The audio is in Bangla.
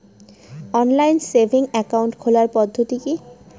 অনলাইন সেভিংস একাউন্ট খোলার পদ্ধতি কি?